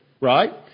Right